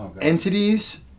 entities